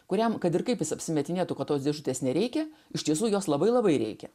kuriam kad ir kaip jis apsimetinėtų ko tos dėžutes nereikia iš tiesų jos labai labai reikia